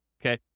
okay